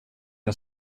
jag